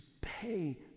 pay